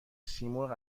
سیمرغ